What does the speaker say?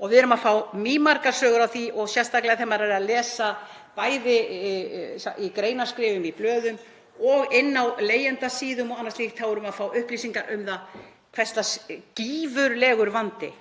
við erum að fá mýmargar sögur af því. Sérstaklega þegar maður les bæði greinaskrif í blöðum og inni á leigjendasíðum og annað slíkt er maður að fá upplýsingar um hvers lags gífurlegur vandi